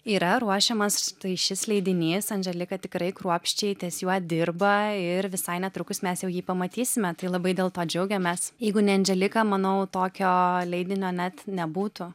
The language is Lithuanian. yra ruošiamas štai šis leidinys anželika tikrai kruopščiai ties juo dirba ir visai netrukus mes jau jį pamatysime tai labai dėl to džiaugiamės jeigu ne andželika manau tokio leidinio net nebūtų